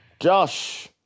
Josh